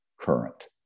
current